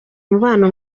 umubano